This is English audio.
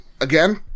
Again